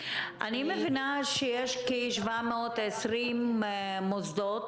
אני מבינה שיש כ-720 מוסדות.